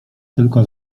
tylko